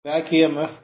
Eb back emf K ∅ n